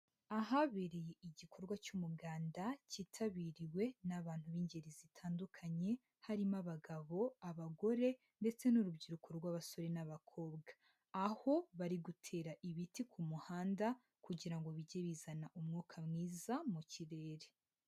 Ahabereye igikorwa cy'umuganda kitabiriwe n'abantu b'ingeri zitandukanye, harimo abagabo, abagore ndetse n'urubyiruko rw'abasore n'abakobwa, aho bari gutera ibiti ku muhanda kugira ngo bijye bizana umwuka mwiza mu kirere.